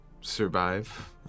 survive